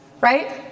right